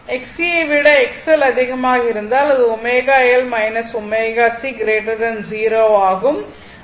Xc ஐ விட XL அதிகமாக இருந்தால் அது ω L ω c 0 ஆகும்